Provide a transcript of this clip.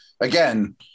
Again